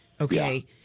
Okay